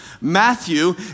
Matthew